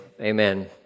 Amen